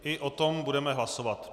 I o tom budeme hlasovat.